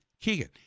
Keegan